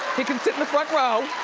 he can sit in the front row,